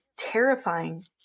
terrifying